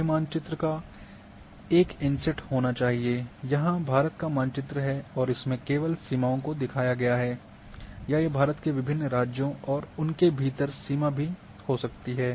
बड़े मानचित्र एक इनसेट होना चाहिए यहां भारत का मानचित्र है और इसमें केवल सीमाओं को दिखाया गया है या ये भारत के विभिन्न राज्यों और उनके भीतर सीमा भी हो सकती है